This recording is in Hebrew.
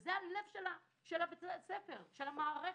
וזה הלב של בית הספר, של המערכת.